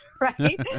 right